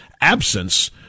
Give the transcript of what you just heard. absence